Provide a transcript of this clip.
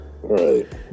Right